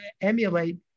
emulate